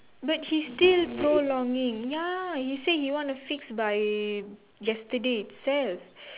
but he still prolonging ya he say he want to fix by yesterday itself